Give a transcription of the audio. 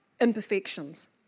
imperfections